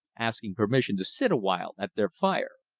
asked permission to sit awhile at their fire.